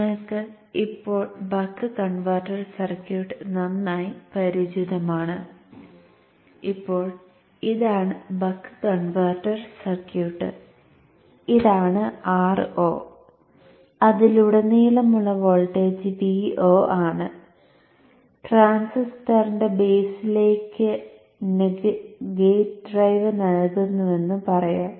നിങ്ങൾക്ക് ഇപ്പോൾ buck converter circuit നന്നായി പരിചിതമാണ് ഇപ്പോൾ ഇതാണ് ബക്ക് കൺവെർട്ടർ സർക്യൂട്ട് ഇതാണ് Ro അതിലുടനീളമുള്ള വോൾട്ടേജ് Vo ആണ് ട്രാൻസിസ്റ്ററിന്റെ ബെയിസിലേക്കു ഗേറ്റ് ഡ്രൈവ് നൽകുന്നുവെന്നും പറയാം